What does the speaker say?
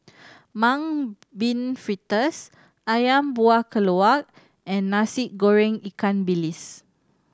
Mung Bean Fritters Ayam Buah Keluak and Nasi Goreng ikan bilis